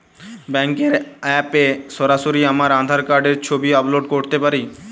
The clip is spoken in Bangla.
ব্যাংকের অ্যাপ এ কি সরাসরি আমার আঁধার কার্ড র ছবি আপলোড করতে পারি?